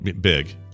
big